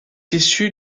issu